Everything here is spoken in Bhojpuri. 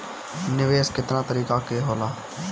निवेस केतना तरीका के होला?